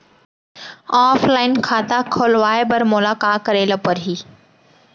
Offline खाता खोलवाय बर मोला का करे ल परही?